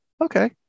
Okay